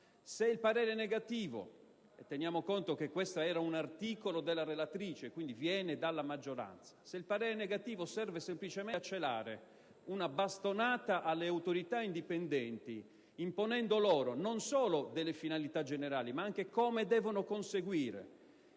a Commissione serve semplicemente a celare una bastonata alle autorità indipendenti, imponendo loro non solo delle finalità generali, ma anche come devono conseguirle,